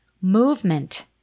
movement